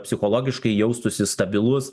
psichologiškai jaustųsi stabilus